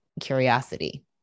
curiosity